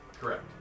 Correct